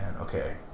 Okay